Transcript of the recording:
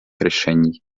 решений